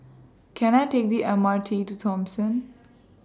Can I Take The M R T to Thomson